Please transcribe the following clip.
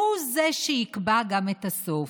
והוא זה שיקבע גם את הסוף,